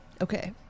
Okay